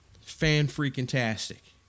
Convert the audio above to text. Fan-freaking-tastic